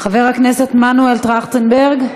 חבר הכנסת מנואל טרכטנברג,